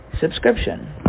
subscription